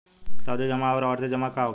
सावधि जमा आउर आवर्ती जमा का होखेला?